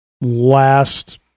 last